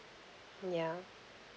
mm ya